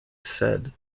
said